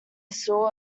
saw